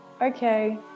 okay